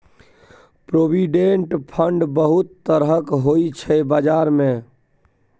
provident fund बहुत तरहक होइ छै बजार मे